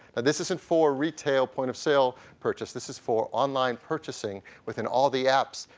but this isn't for a retail point of sale purchase, this is for online purchasing within all the apps,